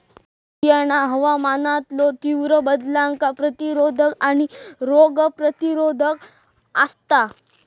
संकरित बियाणा हवामानातलो तीव्र बदलांका प्रतिरोधक आणि रोग प्रतिरोधक आसात